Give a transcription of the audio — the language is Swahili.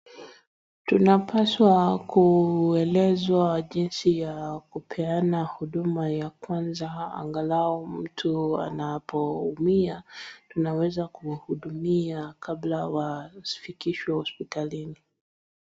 Tunapaswa kuelezwa jinsi ya kupeana huduma ya kwanza, angalau mtu anapoumia tunaweza kuwahudumia kabla wafikishwe hospitalini.